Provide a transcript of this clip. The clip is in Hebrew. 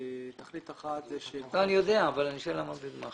אני יודע, אבל אני שואל למה בגמ"חים.